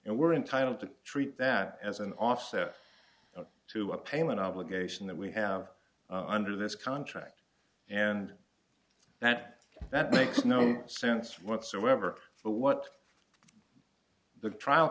and we're entitled to treat that as an offset to a payment obligation that we have under this contract and that that makes no sense whatsoever but what the trial